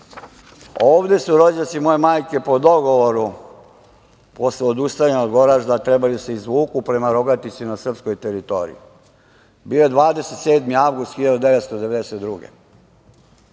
su rođaci moje majke, po dogovoru posle odustajanja od Goražda, trebali da se izvuku prema Rogatici na srpskoj teritoriji. Bio je 27. avgust 1992.